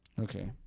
Okay